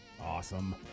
Awesome